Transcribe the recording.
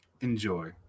Enjoy